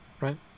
right